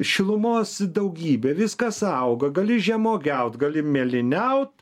šilumos daugybė viskas auga gali žemuogiaut gali mėlyniaut